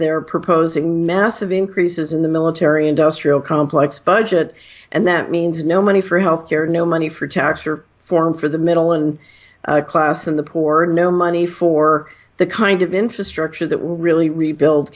they're proposing massive increases in the military industrial complex budget and that means no money for health care no money for tax or form for the middle and class and the poor no money for the kind of infrastructure that we really rebuild